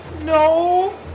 No